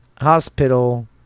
Hospital